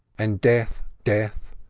and death, death,